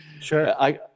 sure